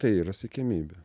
tai yra siekiamybė